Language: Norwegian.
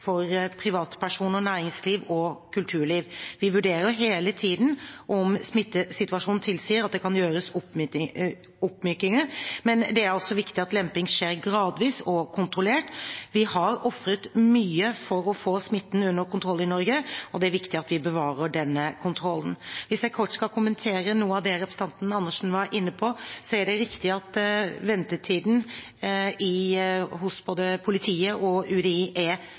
for privatpersoner, næringsliv og kulturliv. Vi vurderer hele tiden om smittesituasjonen tilsier at det kan gjøres oppmykninger. Men det er viktig at lemping skjer gradvis og kontrollert. Vi har ofret mye for å få smitten under kontroll i Norge, og det er viktig at vi bevarer denne kontrollen. Hvis jeg kort skal kommentere noe av det representanten Andersen var inne på, er det riktig at ventetiden hos både politiet og UDI er